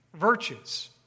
virtues